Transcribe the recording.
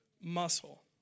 muscle